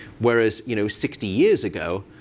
whereas you know sixty years ago,